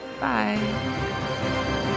Bye